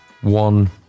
one